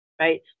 right